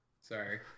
sorry